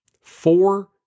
Four